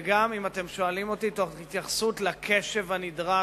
וגם אם אתם שואלים אותי, תוך התייחסות לקשב הנדרש